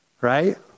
right